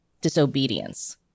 disobedience